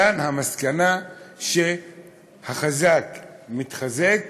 מכאן המסקנה שהחזק מתחזק